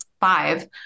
five